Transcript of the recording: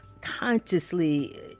consciously